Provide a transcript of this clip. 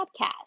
Podcast